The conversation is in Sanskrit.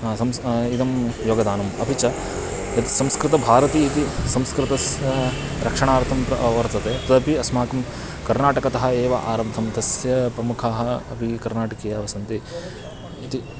संस इदं योगदानम् अपि च यत् संस्कृतभारती इति संस्कृतस्य रक्षणार्थं प्र वर्तते तदपि अस्माकं कर्नाटकतः एव आरब्धं तस्य प्रमुखाः अपि कर्नाटकीयाः एव सन्ति इति